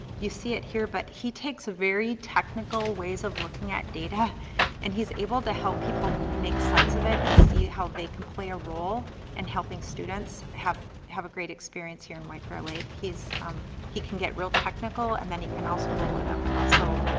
you see it here, but he takes very technical ways of looking at data and he's able to help people make sense of it and see how they can play a role in helping students have have a great experience here in white bear lake. he can get real technical and then he can also roll it up and also